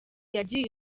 yagiye